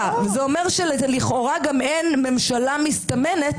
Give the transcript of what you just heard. זה אומר שלכאורה גם אין ממשלה מסתמנת,